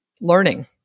learning